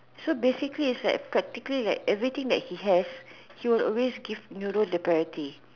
so basically is that practically like everything that he has he will always give Nurul the priority